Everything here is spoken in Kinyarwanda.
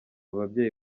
babyeyi